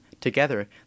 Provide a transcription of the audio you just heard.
together